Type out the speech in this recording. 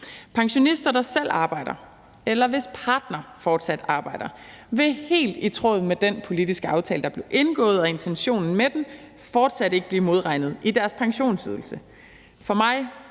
Pensionister, der selv arbejder, eller hvis partner fortsat arbejder, vil helt i tråd med intentionen med den politiske aftale, der blev indgået, fortsat ikke blive modregnet i deres pensionsydelse.